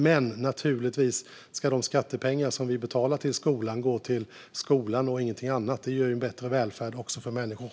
Men naturligtvis ska de skattepengar som vi betalar till skolan gå just till skolan och inte till något annat. Det ger också bättre välfärd för människor.